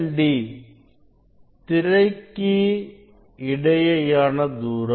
D திரைக்கு இடையேயான தூரம்